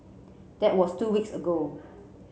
that was two weeks ago